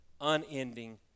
unending